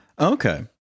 Okay